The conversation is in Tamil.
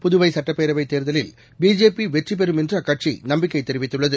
புதுவைசட்டப்பேரவைத் தேர்தலில் பிஜேபிவெற்றிபெறும் என்றுஅக்கட்சிநம்பிக்கைதெரிவித்துள்ளது